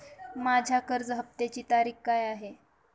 माझ्या कर्ज हफ्त्याची तारीख काय आहे?